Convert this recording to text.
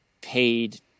paid